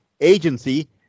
agency